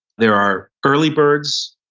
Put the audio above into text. there are early birds,